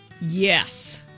Yes